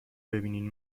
ببینین